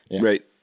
right